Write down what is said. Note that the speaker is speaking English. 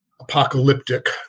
apocalyptic